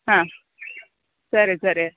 ಹಾಂ ಸರಿ ಸರಿ